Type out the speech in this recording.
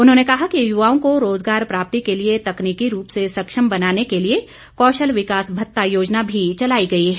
उन्होंने कहा कि युवाओं को रोजगार प्राप्ति के लिए तकनीकी रूप से सक्षम बनाने के लिए कौशल विकास भत्ता योजना भी चलाई गई है